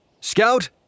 Scout